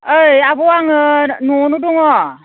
ओइ आब' आङो न'वावनो दङ